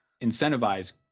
incentivize